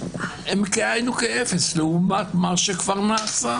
הם כאין וכאפס לעומת מה שכבר נעשה,